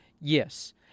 Yes